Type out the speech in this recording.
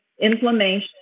inflammation